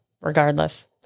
regardless